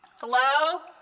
Hello